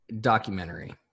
Documentary